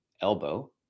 Elbow